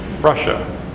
Russia